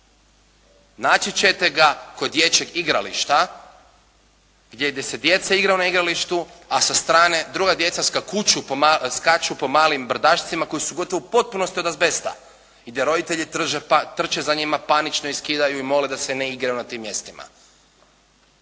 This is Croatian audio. Naći ćete ga kod dječjeg igrališta gdje se djeca igrala na igralištu a sa strane druga djeca skakuću, skaču po malim brdašcima koja su gotovo u potpunosti od azbesta i gdje roditelji trče za njima panično i skidaju i mole da se ne igraju na tim mjestima.